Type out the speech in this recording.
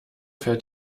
fährt